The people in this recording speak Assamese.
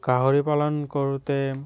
গাহৰি পালন কৰোঁতে